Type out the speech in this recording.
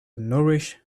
nourish